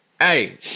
Hey